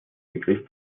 begriff